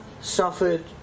suffered